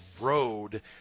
road